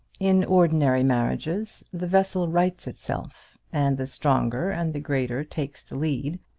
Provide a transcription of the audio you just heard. in ordinary marriages the vessel rights itself, and the stronger and the greater takes the lead,